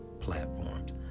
platforms